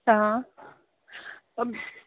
آ